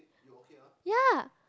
yeah